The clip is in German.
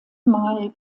mal